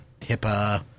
HIPAA